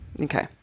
okay